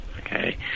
Okay